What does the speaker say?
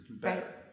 better